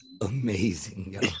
amazing